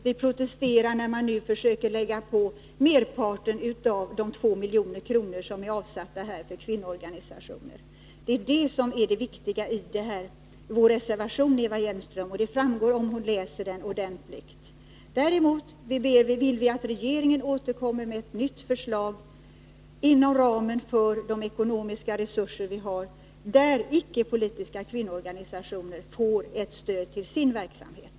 Vi protesterar, när man nu försöker lägga på merparten av de 2 milj.kr. som är avsatta för kvinnoorganisationer. Det är det viktiga i vår reservation, Eva Hjelmström. Det framgår om Eva Hjelmström läser den ordentligt. Vi vill alltså att regeringen kommer med ett nytt förslag inom ramen för nuvarande ekonomiska resurser och där icke-politiska kvinnoorganisationer får ett stöd till sin verksamhet.